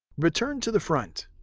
return to the front.